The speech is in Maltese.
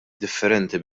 differenti